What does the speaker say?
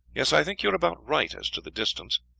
yes, i think you are about right as to the distance.